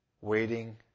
waiting